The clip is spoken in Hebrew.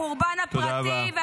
החורבן הפרטי -- תודה רבה.